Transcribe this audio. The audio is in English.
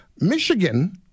Michigan